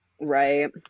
Right